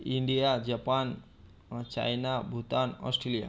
India Japan China Bhutan Australia